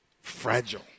fragile